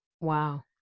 Wow